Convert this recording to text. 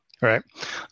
Right